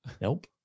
nope